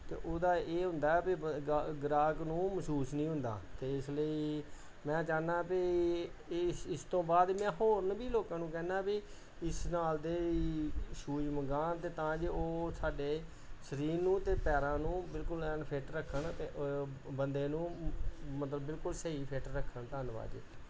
ਅਤੇ ਉਹਦਾ ਇਹ ਹੁੰਦਾ ਹੈ ਵ ਗ ਗਾਹਕ ਨੂੰ ਮਹਿਸੂਸ ਨਹੀਂ ਹੁੰਦਾ ਅਤੇ ਇਸ ਲਈ ਮੈਂ ਚਾਹੁੰਦਾ ਬਈ ਇਸ ਇਸ ਤੋਂ ਬਾਅਦ ਮੈਂ ਹੋਰ ਵੀ ਲੋਕਾਂ ਨੂੰ ਕਹਿੰਦਾ ਬਈ ਇਸ ਨਾਲ ਦੇ ਹੀ ਸ਼ੂਜ ਮੰਗਾਉਣ ਅਤੇ ਤਾਂ ਜੋ ਉਹ ਸਾਡੇ ਸਰੀਰ ਨੂੰ ਅਤੇ ਪੈਰਾਂ ਨੂੰ ਬਿਲਕੁਲ ਐਨ ਫਿੱਟ ਰੱਖਣ ਬੰਦੇ ਨੂੰ ਮਤਲਬ ਬਿਲਕੁਲ ਸਹੀ ਫਿੱਟ ਰੱਖਣ ਧੰਨਵਾਦ ਜੀ